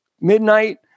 midnight